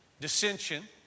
dissension